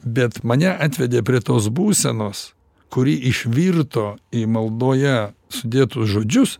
bet mane atvedė prie tos būsenos kuri išvirto į maldoje sudėtus žodžius